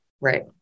Right